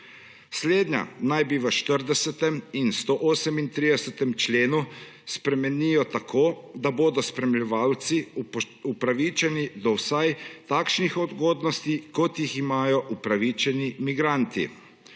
Slednja naj se v 40. in 138. členu spremenijo tako, da bodo spremljevalci upravičeni do vsaj takšnih ugodnosti, kot jih imajo upravičeni migranti.